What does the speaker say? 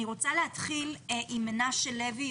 אני רוצה להתחיל עם מנשה לוי,